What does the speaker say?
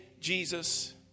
Jesus